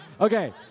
Okay